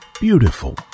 beautiful